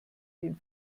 den